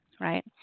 Right